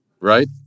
right